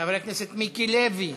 חבר הכנסת מיקי לוי,